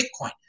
bitcoin